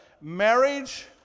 marriage